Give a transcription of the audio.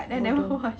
bodoh